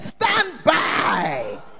standby